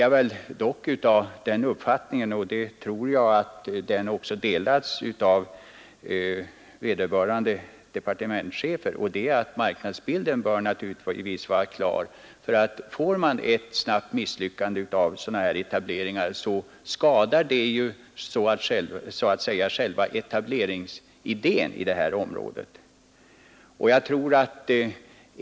Jag har dock den uppfattningen, och jag tror också att den delas av vederbörande departementschefer, att marknadsbilden naturligtvis först bör vara klar. Om sådana etableringar snabbt misslyckas, skadar det ju själva idén om etableringar inom detta område.